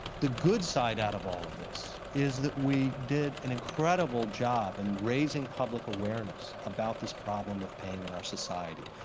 the good side out of all of this is that we did an incredible job in raising public awareness about this problem of pain in our society,